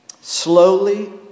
slowly